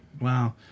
Wow